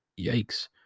Yikes